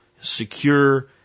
secure